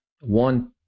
one